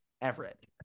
Everett